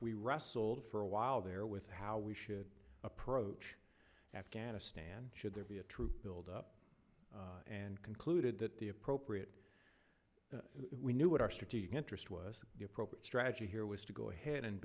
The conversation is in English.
we wrestled for a while there with how we should approach afghanistan should there be a troop build up and concluded that the appropriate we knew what our strategic interest was the appropriate strategy here was to go ahead and